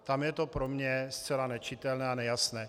Tam je to pro mě zcela nečitelné a nejasné.